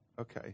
Okay